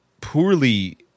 poorly